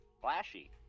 Flashy